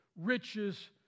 riches